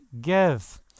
give